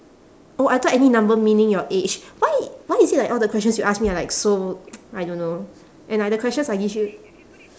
oh I thought any number meaning your age why why is it like all the questions you ask me are like so I don't know and like the questions I give you